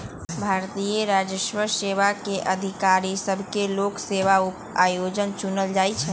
भारतीय राजस्व सेवा के अधिकारि सभके लोक सेवा आयोग चुनइ छइ